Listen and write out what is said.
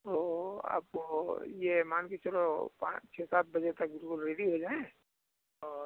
वो आप वो ये मान कर चलो पाँच छः सात बजे तक वो रेडी हो जाएँ और